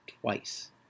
twice